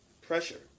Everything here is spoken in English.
pressure